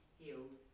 healed